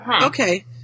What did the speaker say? Okay